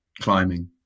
Climbing